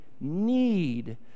need